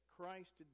Christ